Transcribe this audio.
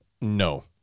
No